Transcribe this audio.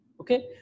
Okay